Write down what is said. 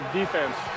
defense